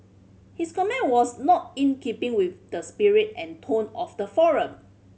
his comment was not in keeping with the spirit and tone of the forum